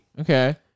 Okay